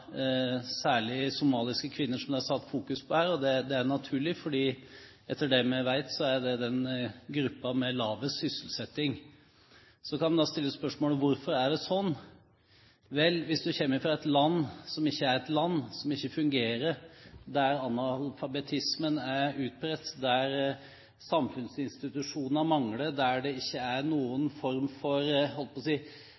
særlig blant somaliske kvinner, som det er fokusert på her. Det er naturlig, for etter det vi vet, er det den gruppen med lavest sysselsetting. Så kan en stille spørsmålet: Hvorfor er det sånn? Vel, hvis du kommer fra et land som ikke er et land, som ikke fungerer, der analfabetismen er utbredt, der samfunnsinstitusjoner mangler, der det ikke er noen